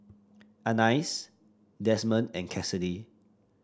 Anais Desmond and Cassidy